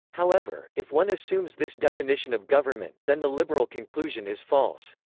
however, if one assumes this definition of government, then the liberal conclusion is false.